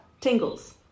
Tingles